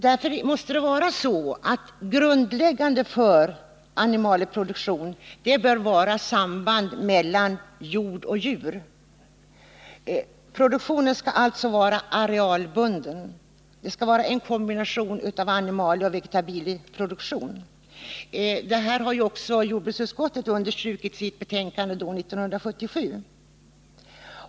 Därför bör det grundläggande för animalieproduktionen vara sambandet mellan jord och djur. Produktionen skall alltså vara arealbunden. Det skall vara en kombination av animalieoch vegetabilieproduktion. Detta har också jordbruksutskottet understrukit i sitt betänkande 1977.